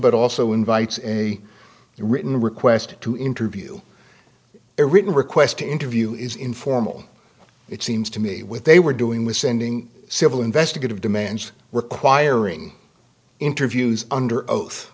but also invites in a written request to interview a written request to interview is informal it seems to me with they were doing was sending civil investigative demands requiring interviews under